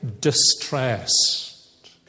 distressed